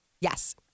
Yes